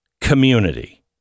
community